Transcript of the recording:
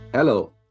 Hello